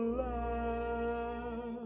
love